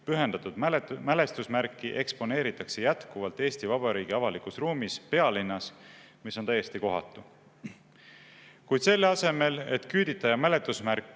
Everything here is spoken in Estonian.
pühendatud mälestusmärki eksponeeritakse jätkuvalt Eesti Vabariigi avalikus ruumis, pealinnas, aga see on täiesti kohatu. Kuid selle asemel, et küüditaja mälestusmärk